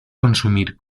consumir